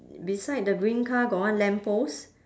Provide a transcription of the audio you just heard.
beside the green car got one lamp post